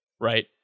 right